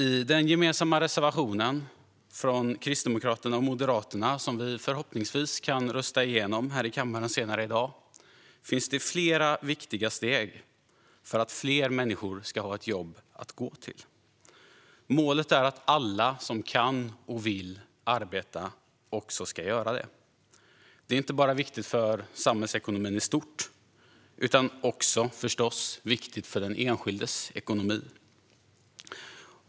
I den gemensamma reservationen från Kristdemokraterna och Moderaterna som vi förhoppningsvis kan rösta igenom här i kammaren senare i dag finns flera viktiga steg för att fler människor ska ha ett jobb att gå till. Målet är att alla som kan och vill arbeta också ska göra det. Det är inte bara viktigt för samhällsekonomin i stort utan förstås också viktigt för den enskildes ekonomi.